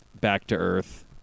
back-to-earth